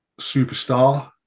superstar